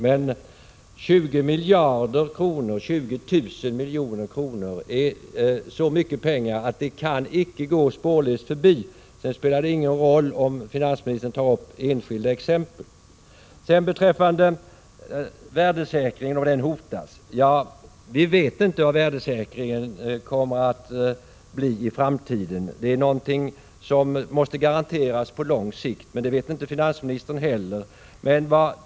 Men 20 miljarder kronor, 12 december 1986 20 000 milj.kr., är så mycket pengar att beloppet inte kan gå spårlöst förbi. Det spelar ingen roll om finansministern tar upp enskilda exempel. En tillfällig förmögen Beträffande värdesäkringen och frågan huruvida den hotas vill jag säga Kersskanrfe ör livförsäkföljande: Vi vet inte hur det blir med värdesäkringen i framtiden. Den måste ringsbolag;m.m. garanteras på lång sikt. Inte heller finansministern vet hur det blir med detta.